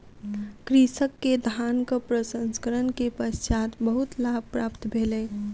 कृषक के धानक प्रसंस्करण के पश्चात बहुत लाभ प्राप्त भेलै